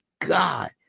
God